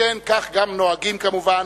שכן כך נוהגים, כמובן,